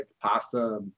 pasta